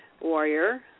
warrior